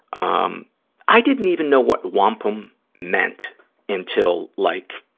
um i didn't even know what wampum meant until like,